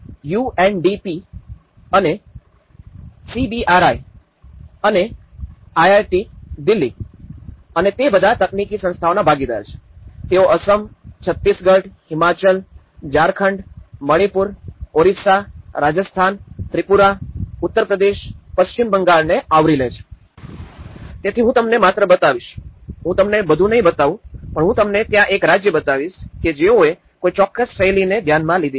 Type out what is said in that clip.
અને યુએનડીપી અને સીબીઆરઆઈ અને આઈઆઈટી દિલ્હી અને તે બધા તકનીકી સંસ્થાઓના ભાગીદાર છે તેઓ અસમ છત્તીસગઢ હિમાચલ ઝારખંડ મણિપુર ઓરિસ્સા રાજસ્થાન ત્રિપુરા ઉત્તર પ્રદેશ પશ્ચિમ બંગાળ ને આવરી લે છે તેથી હું તમને માત્ર બતાવીશ હું તમને બધું નહિ બતાવું પણ હું તમને ત્યાં એક રાજ્ય બતાવીશ કે જેઓએ કોઈ ચોક્કસ શૈલીને ધ્યાનમાં લીધી છે